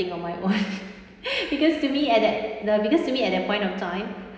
on my own because to me at that the because to me at that point of time